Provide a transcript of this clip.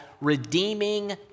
redeeming